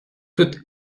toute